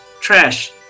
trash